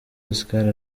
oscar